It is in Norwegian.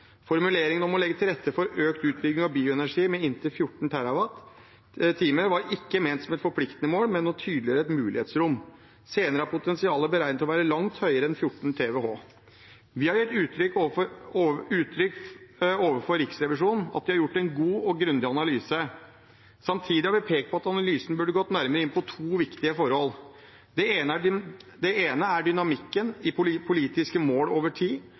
Formuleringen om å legge til rette for økt utbygging av bioenergi med inntil 14 TWh var ikke ment som et forpliktende mål, men å tydeliggjøre et mulighetsrom. Senere er potensialet beregnet til å være langt høyere enn 14 TWh. Vi har gitt uttrykk for overfor Riksrevisjonen at de har gjort en god og grundig analyse. Samtidig har vi pekt på at analysen burde gått nærmere inn på to viktige forhold. Det ene er dynamikken i politiske mål over tid.